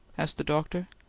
asked the doctor.